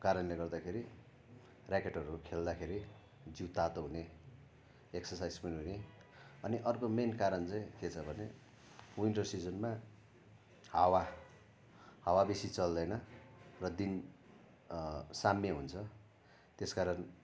कारणले गर्दाखेरि ऱ्याकेटहरू खेल्दाखेरि जिउ तातो हुने एक्सर्साइज पनि हुने अनि अर्को मेन कारण चाहिँ के छ भने विन्टर सिजनमा हावा हावा बेसी चल्दैन र दिन साम्य हुन्छ त्यस कारण